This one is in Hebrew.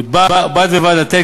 ובד בבד לתת,